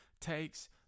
takes